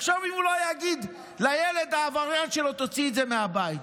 תחשוב אם הוא לא יגיד לילד העבריין שלו: תוציא את זה מהבית,